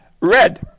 Red